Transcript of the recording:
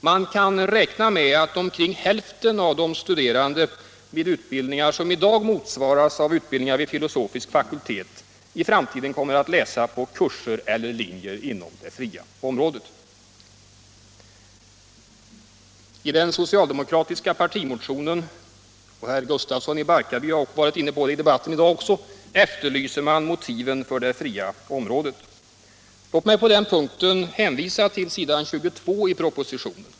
Man kan räkna med att omkring hälften av de studerande vid utbildningar som i dag motsvaras av utbildningar vid filosofisk fakultet i framtiden kommer att läsa på kurser eller linjer inom det fria området. Som herr Gustafsson i Barkarby påpekade tidigare i dag efterlyser man i den socialdemokratiska partimotionen motiven bakom förslaget när det gäller det fria området. Låt mig på den punkten hänvisa till s. 22 i propositionen.